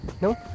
No